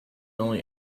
only